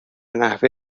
نحوه